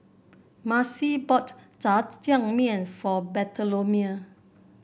Marcelle bought Jajangmyeon for Bartholomew